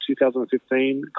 2015